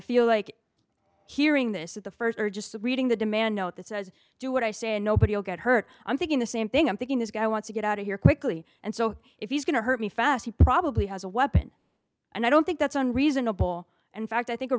feel like hearing this at the st or just reading the demand note that says do what i say and nobody will get hurt i'm thinking the same thing i'm thinking this guy wants to get out of here quickly and so if he's going to hurt me fast he probably has a weapon and i don't think that's an reasonable and fact i think a